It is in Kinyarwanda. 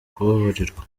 kubabarirwa